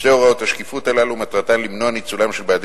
שתי הוראות השקיפות הללו מטרתן למנוע ניצולם של בעלי